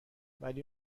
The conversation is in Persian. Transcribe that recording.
ولی